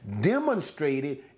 demonstrated